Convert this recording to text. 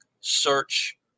search